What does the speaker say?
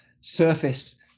surface